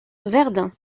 verdun